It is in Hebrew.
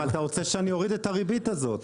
אבל אתה רוצה שאני אוריד את הריבית הזאת,